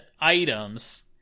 items